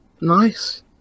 Nice